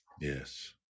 Yes